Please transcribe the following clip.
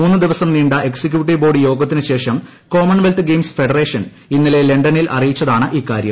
മൂന്നു ദിവസം നീണ്ട എക്സിക്യൂട്ടീവ് ബോർഡ് യോഗത്തിന് ശേഷം കോമൺവെൽത്ത് ഗെയിംസ് ഫെഡറേഷൻ ഇന്നലെ ലണ്ടനിൽ അറിയിച്ചതാണ് ഇക്കാര്യം